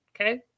Okay